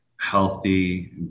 healthy